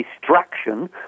distraction